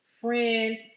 friend